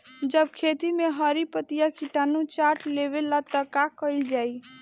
जब खेत मे हरी पतीया किटानु चाट लेवेला तऽ का कईल जाई?